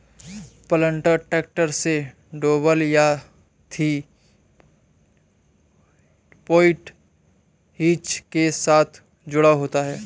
planter tractor से drawbar या three point hitch के साथ जुड़ा होता है